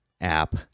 app